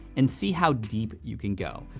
and see how deep you can go.